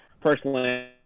personally